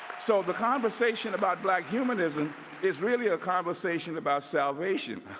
so the conversation about black humanism is really a conversation about salvation.